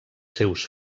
seus